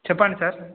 చెప్పండి సార్